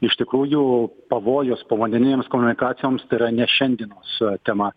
iš tikrųjų pavojus povandeninėms komunikacijoms tai yra ne šiandienos tema